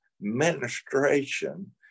ministration